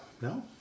no